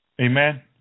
Amen